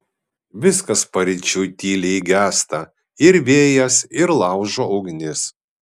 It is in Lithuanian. viskas paryčiui tyliai gęsta ir vėjas ir laužo ugnis